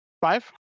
Five